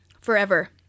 Forever